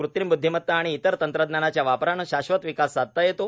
कृत्रिम ब्द्धिमत्ता आणि इतर तंत्रज्ञानाच्या वापरानं शाश्वत विकास साधता येतो